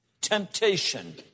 temptation